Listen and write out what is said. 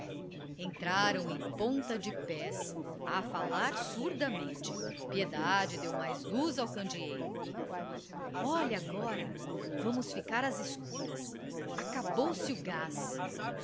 entraram em ponta de pés a falar surdamente piedade deu mais luz ao candeeiro olha agora vamos ficar às escuras acabou-se o gás